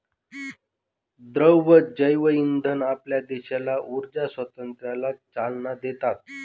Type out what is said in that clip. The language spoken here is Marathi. द्रव जैवइंधन आपल्या देशाला ऊर्जा स्वातंत्र्याला चालना देतात